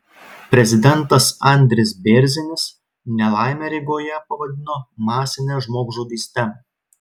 prezidentas andris bėrzinis nelaimę rygoje pavadino masine žmogžudyste